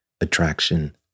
attraction